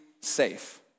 safe